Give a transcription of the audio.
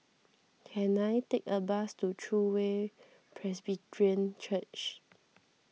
can I take a bus to True Way Presbyterian Church